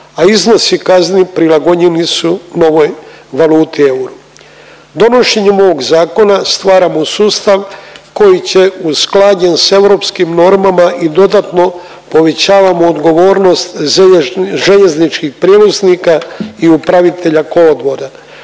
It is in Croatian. a iznosi kazni prilagođeni su novoj valuti euru. Donošenjem ovog zakona stvaramo sustav koji će usklađen s europskim normama i dodatno povećavamo odgovornost željezničkih prijevoznika i upravitelja kolodvora.